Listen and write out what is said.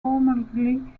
formerly